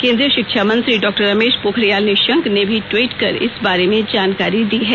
केंद्रीय शिक्षा मंत्री डॉ रमेश पोखरियाल निशंक ने भी टवीट कर इस बारे में जानकारी दी है